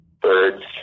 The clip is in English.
birds